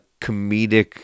comedic